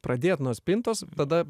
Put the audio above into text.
pradėjot nuo spintos tada